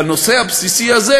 בנושא הבסיסי הזה,